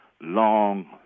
long